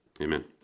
Amen